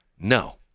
No